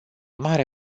mare